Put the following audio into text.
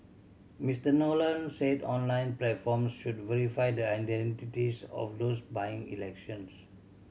Mister Nolan said online platforms should verify the identities of those buying elections